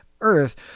earth